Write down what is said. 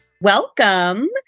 Welcome